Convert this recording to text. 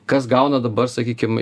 kas gauna dabar sakykim